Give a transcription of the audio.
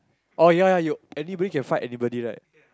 oh ya ya you anybody can fight anybody right